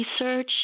research